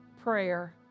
prayer